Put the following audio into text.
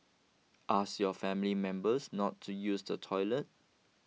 ask your family members not to use the toilet